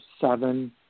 seven